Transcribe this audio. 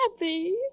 happy